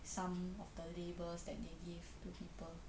some of the labels that they give to people